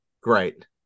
Great